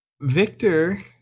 Victor